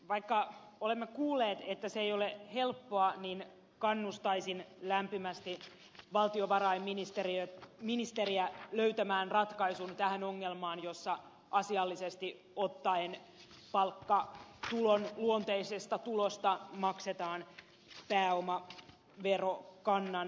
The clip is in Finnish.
vaikka olemme kuulleet että se ei ole helppoa niin kannustaisin lämpimästi valtiovarainministeriä löytämään ratkaisun tähän ongelmaan jossa asiallisesti ottaen palkkatulon luonteisesta tulosta maksetaan pääomaverokannan mukaan